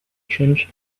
changed